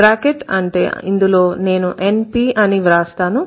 bracket అంటే ఇందులో నేను NP అని వ్రాస్తాను